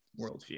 worldview